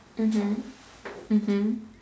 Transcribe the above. mmhmm mmhmm